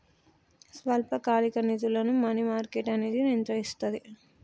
స్వల్పకాలిక నిధులను money market అనేది నియంత్రిస్తది